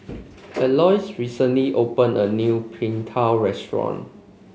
Alois recently opened a new Png Tao Restaurant